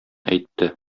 әйтте